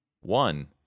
one